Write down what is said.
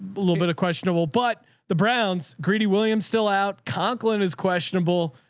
but a little bit of questionable, but the browns greedy williams still out conklin is questionable.